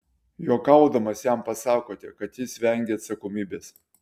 juokaudamas jam pasakote kad jis vengia atsakomybės